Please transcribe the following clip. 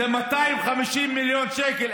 זה 250 מיליון שקל.